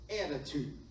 attitude